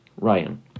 Ryan